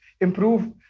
improve